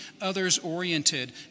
others-oriented